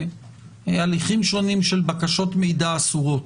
להליכים שונים של בקשות מידע אסורות.